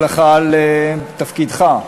הצלחה בתפקידך.